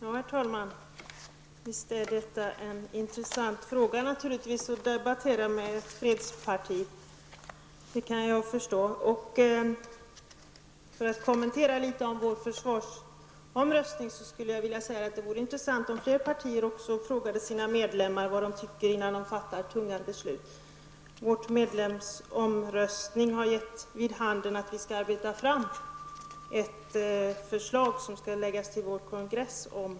Herr talman! Visst är detta en intressant fråga att debattera med ett fredsparti. Det kan jag förstå. För att litet kommentera vår försvarsomröstning vill jag säga att det vore intressant om fler partier också frågade sina medlemmar vad de tycker innan man fattar tunga beslut. Vår medlemsomröstning har gett vid handen att vi skall arbeta fram ett förslag om att avskaffa det militära försvaret.